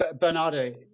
Bernardo